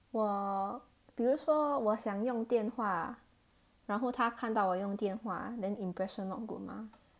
我比如说我想用电话然后他看到我用电话 then impression not good mah